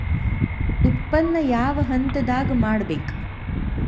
ಉತ್ಪನ್ನ ಯಾವ ಹಂತದಾಗ ಮಾಡ್ಬೇಕ್?